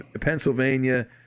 Pennsylvania